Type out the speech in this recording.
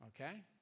Okay